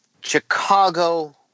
Chicago